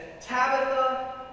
Tabitha